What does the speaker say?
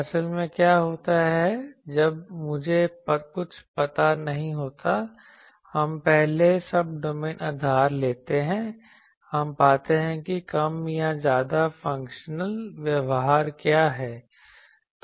असल में क्या होता है जब मुझे कुछ पता नहीं होता हम पहले सब्डोमेन आधार लेते हैं हम पाते हैं कि कम या ज्यादा फंक्शनल व्यवहार क्या है